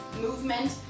movement